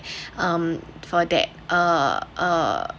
um for that uh uh